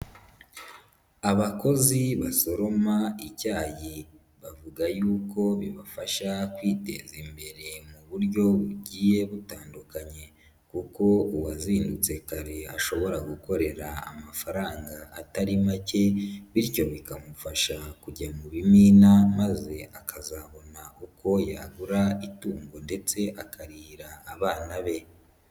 Abakozi basoroma icyayi bavuga y'uko bibafasha kwiteza imbere mu buryo bugiye butandukanye, kuko uwazindutse kare ashobora gukorera amafaranga atari make, bityo bikamufasha kujya mu bimina maze akazabona uko yabura itungo ndetse akarihira abana be.